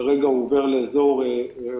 כרגע הוא עובר לאזור ספטמבר,